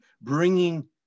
bringing